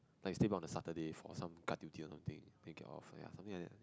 like stay on the Saturday for some guard duty or nothing then get off ya something like that